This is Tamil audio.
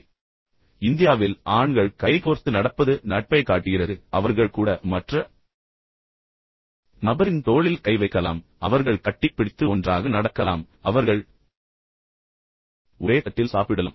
மீண்டும் இந்தியாவில் ஆண்கள் கைகோர்த்து நடப்பது நட்பைக் காட்டுகிறது அவர்கள் கூட மற்ற நபரின் தோளில் கை வைக்கலாம் அவர்கள் ஒருவருக்கொருவர் கட்டிப்பிடித்து ஒன்றாக நடக்கலாம் அவர்கள் ஒரே தட்டில் சாப்பிடலாம்